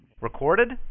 Recorded